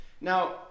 Now